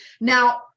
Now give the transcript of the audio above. Now